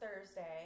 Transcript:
Thursday